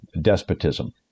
despotism